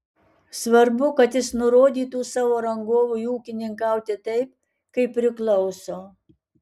svarbu kad jis nurodytų savo rangovui ūkininkauti taip kaip priklauso